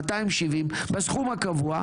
270 בסכום הקבוע.